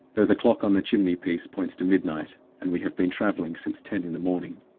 though the clock on the chimney-piece points to midnight, and we have been traveling since ten in the morning.